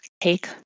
Take